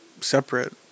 separate